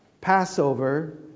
Passover